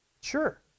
Sure